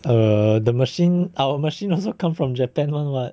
err the machine our machine also come from japan [one] [what]